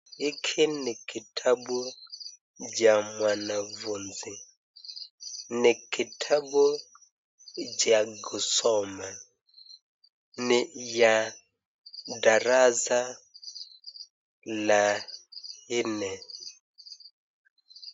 Hiki ni kitabu cha mwanafuzi. Ni kitabu cha kusoma. Ni ya darasa la nne.